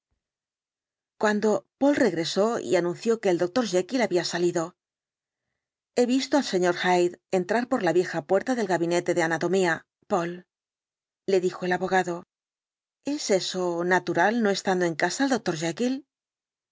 cuando poole regresó y anunció que el dr jekyll había salido he visto al sr hyde entrar por la vieja puerta del gabinete de anatomía poole le dijo el abogado es eso natural no estando en casa el